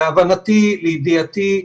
להבנתי, לידיעתי,